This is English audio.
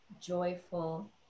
joyful